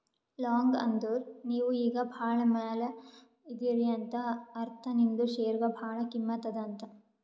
long ಅಂದುರ್ ನೀವು ಈಗ ಭಾಳ ಮ್ಯಾಲ ಇದೀರಿ ಅಂತ ಅರ್ಥ ನಿಮ್ದು ಶೇರ್ಗ ಭಾಳ ಕಿಮ್ಮತ್ ಅದಾ ಅಂತ್